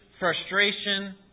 frustration